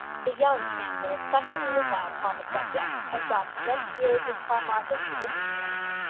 the younger cantor especially was loud upon the subject, and got many ears in carmarthen to listen to him.